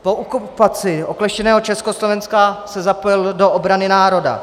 Po okupaci okleštěného Československa se zapojil do obrany národa.